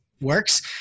works